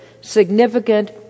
significant